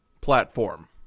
platform